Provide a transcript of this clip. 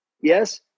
yes